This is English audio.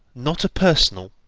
not a personal,